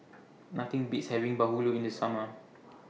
Nothing Beats having Bahulu in The Summer